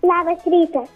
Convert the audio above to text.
labas rytas